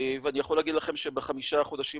ואני יכול להגיד לכם שבחמישה החודשים